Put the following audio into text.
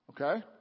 Okay